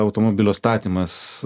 automobilio statymas